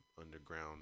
underground